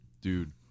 Dude